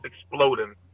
exploding